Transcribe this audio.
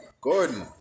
Gordon